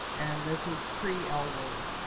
and this was pre l word.